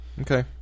okay